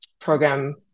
program